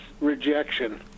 Rejection